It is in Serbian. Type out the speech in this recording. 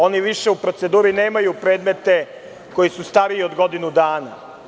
Oni više u proceduri nemaju predmete koji su stariji od godinu dana.